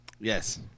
Yes